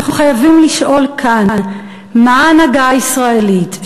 אנחנו חייבים לשאול כאן מה ההנהגה הישראלית,